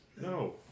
no